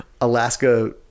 alaska